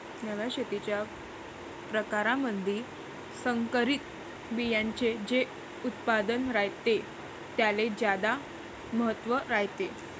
नव्या शेतीच्या परकारामंधी संकरित बियान्याचे जे उत्पादन रायते त्याले ज्यादा महत्त्व रायते